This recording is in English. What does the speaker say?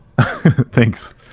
thanks